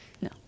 No